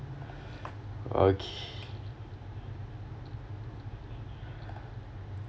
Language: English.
okay